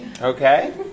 Okay